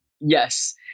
Yes